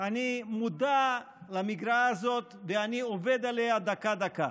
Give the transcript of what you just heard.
אני מודע למגרעה הזאת, ואני עובד עליה דקה-דקה.